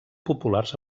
populars